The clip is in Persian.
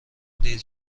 دیر